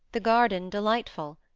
the garden delightful.